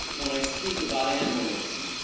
when i speak about animal issues.